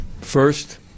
First